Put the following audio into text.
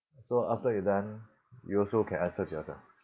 so after you done you also can assess yourself